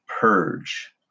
purge